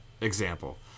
example